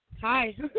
Hi